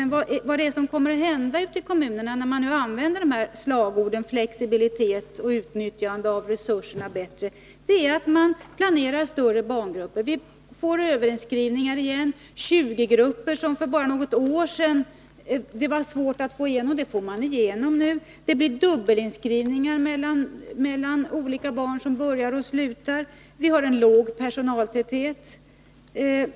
Men vad som kommer att hända ute i kommunerna, när nu slagorden flexibilitet och bättre utnyttjande av resurserna används, är att man planerar större barngrupper. Vi får överinskrivningar igen. 20-grupper, som det bara för några år sedan var svårt att få igenom, får man nu igenom. Det blir dubbelinskrivningar mellan olika barn som börjar och slutar. Vi har en låg personaltäthet.